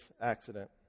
accident